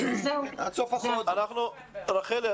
רחלי,